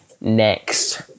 next